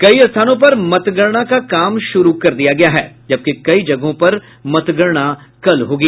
कई स्थानों पर मतगणना का काम शुरू कर दिया गया है जबकि कई जगहों पर मतगणना कल होगी